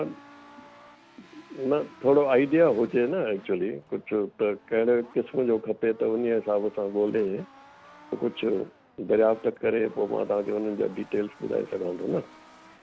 न पोइ मां कुझु आईडिया हुजे न एक्चुली कुझु त कहिड़े क़िस्म जो खपे त उन्हीअ हिसाब सां ॻोल्हे कुझु ड्राफ्ट करे पोइ मां तव्हां खे उन्हनि जा डिटेल्स ॿुधाए सघां थो न